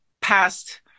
past